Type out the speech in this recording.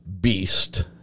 beast